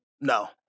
no